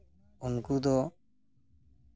ᱩᱱᱠᱩ ᱫᱚ